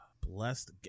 Blessed